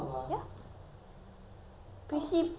prissy I don't know who posted on instagram